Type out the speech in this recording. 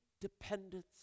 dependence